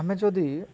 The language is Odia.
ଆମେ ଯଦି